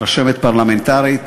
להכנתה לקריאה